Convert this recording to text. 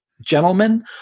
gentlemen